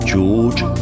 George